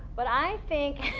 what i think,